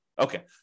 Okay